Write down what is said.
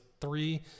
three